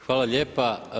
Hvala lijepa.